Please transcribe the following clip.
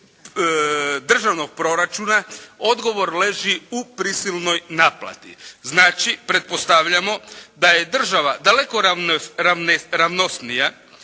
državnog proračuna, odgovor leži u prisilnoj naplati. Znači pretpostavljamo da je država daleko ravnosnija